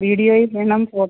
വീഡിയോയും വേണം